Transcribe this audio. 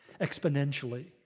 exponentially